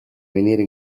venire